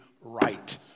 right